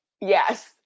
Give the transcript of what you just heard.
Yes